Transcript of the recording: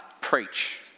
preach